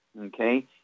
Okay